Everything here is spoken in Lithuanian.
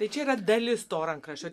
tai čia yra dalis to rankraščio